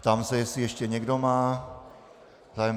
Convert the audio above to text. Ptám se, jestli ještě někdo má zájem.